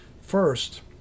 First